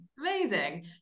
Amazing